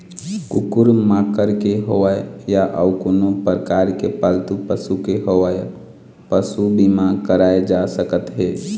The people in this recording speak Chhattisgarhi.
कुकुर माकर के होवय या अउ कोनो परकार पालतू पशु के होवय पसू बीमा कराए जा सकत हे